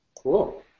Cool